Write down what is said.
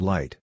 Light